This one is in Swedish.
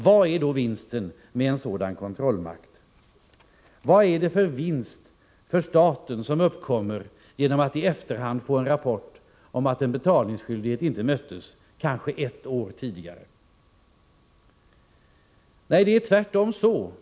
Vad är vinsten med en sådan kontrollmakt? Vilken vinst uppkommer genom att staten i efterhand får en rapport om att en betalningsskyldighet inte möttes kanske ett år tidigare?